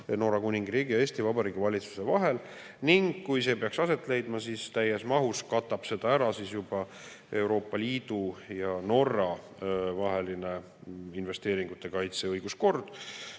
Norra Kuningriigi ja Eesti Vabariigi valitsuse vahel. Kui see peaks aset leidma, siis täies mahus katab selle ära juba Euroopa Liidu ja Norra vaheline investeeringute kaitse õiguskord